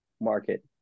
market